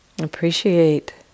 Appreciate